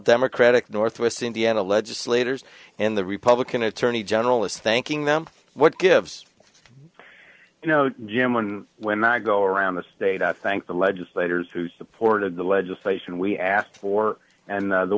democratic northwest indiana legislators and the republican attorney general is thanking them for what gives you know jim when when i go around the state i thank the legislators who supported the legislation we asked for and